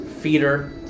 feeder